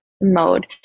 mode